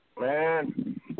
Man